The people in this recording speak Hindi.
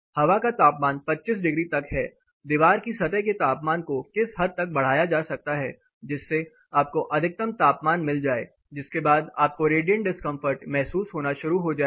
हवा का तापमान 25 डिग्री तक है दीवार की सतह के तापमान को किस हद तक बढ़ाया जा सकता है जिससे आपको अधिकतम तापमान मिल जाए जिसके बाद आपको रेडिएंट डिस्कंफर्ट महसूस होना शुरू हो जाएगा